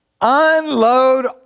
unload